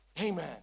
Amen